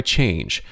change